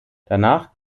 danach